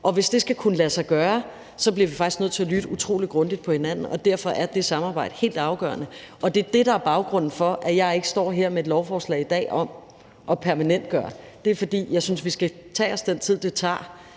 og hvis det skal kunne lade sig gøre, bliver vi faktisk nødt til at lytte utrolig grundigt på hinanden, og derfor er det samarbejde helt afgørende. Og det er det, der er baggrunden for, at jeg ikke står her i dag med et lovforslag om permanentgørelse. Jeg synes, vi skal tage os den tid, det tager